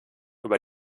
über